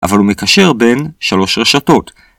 אבל הוא מקשר בין שלוש רשתות.